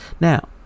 now